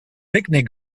picnic